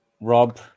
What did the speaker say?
rob